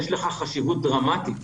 יש לכך חשיבות דרמטית,